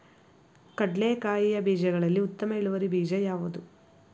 ಕಡ್ಲೆಕಾಯಿಯ ಬೀಜಗಳಲ್ಲಿ ಉತ್ತಮ ಇಳುವರಿ ಬೀಜ ಯಾವುದು?